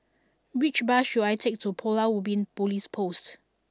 which bus should I take to Pulau Ubin Police Post